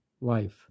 life